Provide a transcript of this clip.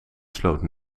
sloot